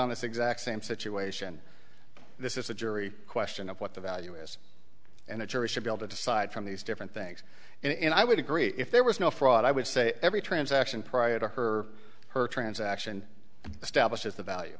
exact same situation this is a jury question of what the value is and the jury should be able to decide from these different things and i would agree if there was no fraud i would say every transaction prior to her her transaction establishes the value